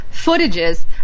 footages